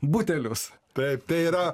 butelius taip tai yra